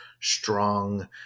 strong